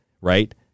right